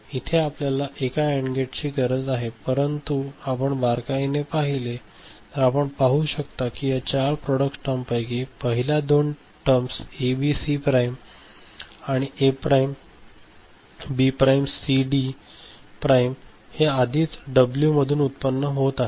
इथे आपल्याला एका अँड गेट ची गरज आहे परंतु आपण बारकाईने पाहिले तर आपण पाहू शकता की या चार प्रॉडक्ट टर्म्स पैकी पहिल्या दोन टर्म एबीसी प्राइम आणि A prime B prime CD prime हे आधीच डब्ल्यू मधून उत्पन्न होत आहे